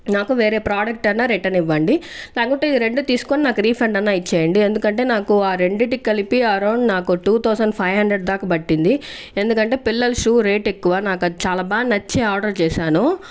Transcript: నాకు వేరే ప్రాడక్ట్ అన్నా రిటర్న్ ఇవ్వండి లేకుంటే ఈ రెండు తీసుకొని నాకు రిఫండ్ అన్న ఇచ్చేయండి ఎందుకంటే నాకు ఆ రెండిటికీ కలిపి around two thousand five hundred దాకా పట్టింది ఎందుకంటే పిల్లల షూ రేట్ ఎక్కువ నాకు అది చాలా బాగా నచ్చి ఆర్డర్ చేశాను